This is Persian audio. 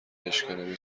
بشکنم، این